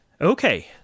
Okay